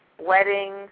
wedding